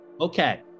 Okay